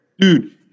Dude